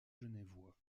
genevois